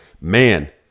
man